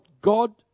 God